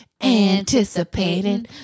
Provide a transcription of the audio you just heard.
anticipating